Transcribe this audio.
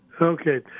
Okay